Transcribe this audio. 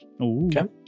Okay